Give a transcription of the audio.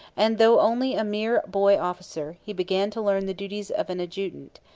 and, though only a mere boy-officer, he began to learn the duties of an adjutant,